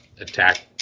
Attack